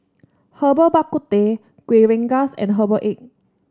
Herbal Bak Ku Teh Kuih Rengas and Herbal Egg